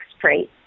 traits